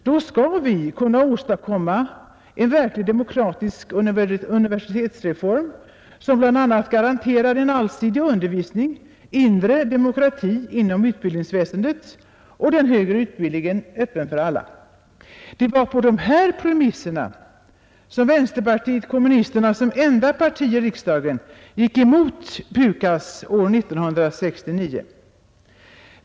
Då skall vi kunna åstadkomma en verkligt demokratisk universitetsreform som bl.a. garanterar en allsidig undervisning, inre demokrati inom utbildningsväsendet och att den högre utbildningen står öppen för alla. Det var på dessa premisser som vänsterpartiet kommunisterna som enda parti i riksdagen gick emot PUKAS år 1969.